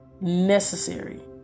necessary